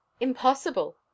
Impossible